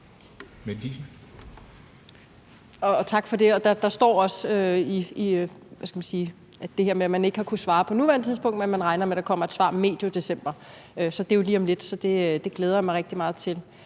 Mette Thiesen (NB): Tak for det. Der står også det her med, at man ikke har kunnet svare på nuværende tidspunkt, men at man regner med, at der kommer et svar medio december. Det er jo lige om lidt, så det glæder jeg mig rigtig meget til.